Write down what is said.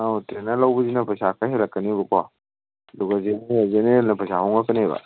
ꯑꯧ ꯇ꯭ꯔꯦꯟꯅꯔ ꯂꯧꯕꯒꯤꯅ ꯄꯩꯁꯥ ꯈꯔ ꯍꯦꯜꯂꯛꯀꯅꯦꯕꯀꯣ ꯑꯗꯨꯒ ꯖꯦꯅꯔꯦꯜ ꯖꯦꯅꯔꯦꯜꯅ ꯄꯩꯁꯥ ꯍꯣꯡꯉꯛꯀꯅꯦꯕ